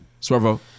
Swervo